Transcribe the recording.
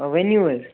ؤنِو حظ